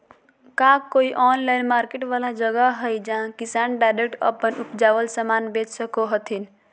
का कोई online market वाला जगह हइ जहां किसान डायरेक्ट अप्पन उपजावल समान बेच सको हथीन?